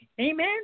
Amen